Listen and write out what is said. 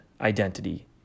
identity